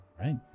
Right